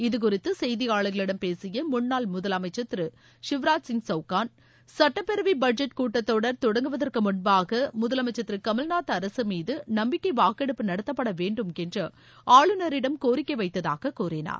இக்குறித்துசெய்தியாளர்களிடம் பேசியமுன்னாள் முதலனமச்சர் திருசிவ்ராஜ்சிங் சௌகான் சட்டப்பேரவைபட்ஜெட் கூட்டத்தொடர் தொடங்குவதற்குமுன்பாக முதலமைச்சர் திருகமல்நாத் அரசுமீதுநம்பிக்கைவாக்கெடுப்பு நடத்தப்படவேண்டுமென்றுஆளுநரிடம் கோரிக்கைவைத்ததாகக் கூறினார்